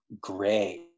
gray